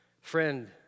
friend